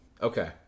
Okay